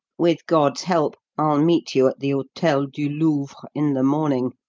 with god's help, i'll meet you at the hotel du louvre in the morning,